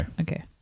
Okay